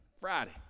Friday